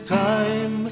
time